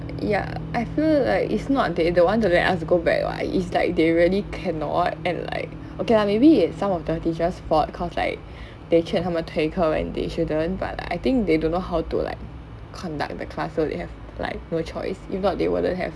ya I feel like it's not they don't want to let us go back [what] it's like they really cannot and like okay lah maybe it's some of the teachers' fault cause like they 劝他们退课 when they shouldn't but I think they don't know how to like conduct in the classroom so they have like no choice if not they wouldn't have